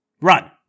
run